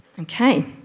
Okay